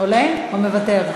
עולה או מוותר?